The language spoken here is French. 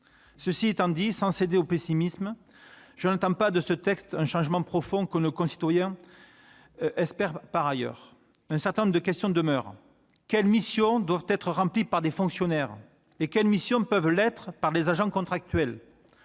Cela étant dit, sans céder au pessimisme, je n'attends pas de ce texte le changement profond que nos concitoyens souhaitent. Un certain nombre de questions demeurent en effet. Par exemple, quelles missions doivent être remplies par des fonctionnaires, et quelles missions peuvent l'être par des agents contractuels ?